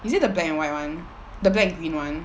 is it the black and white one the black green one